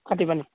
কাটিবা পানি